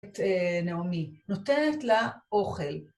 נעמי, נותנת לה אוכל.